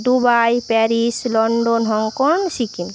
Dubai Paris London Hong Kong Sikkim